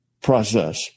process